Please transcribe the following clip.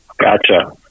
Gotcha